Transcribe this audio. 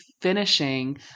finishing